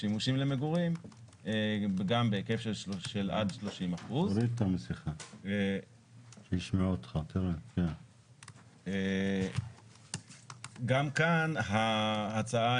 שימושים למגורים גם בהיקף של עד 30%. גם כאן ההצעה